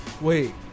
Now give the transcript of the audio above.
Wait